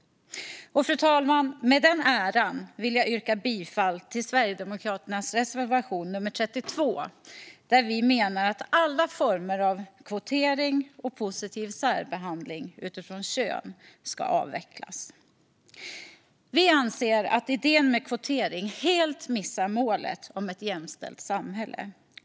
Fru talman! Med den äran vill jag yrka bifall till Sverigedemokraternas reservation nummer 32, där vi menar att alla former av kvotering och positiv särbehandling utifrån kön ska avvecklas. Vi anser att idén med kvotering helt missar målet om ett jämställt samhälle.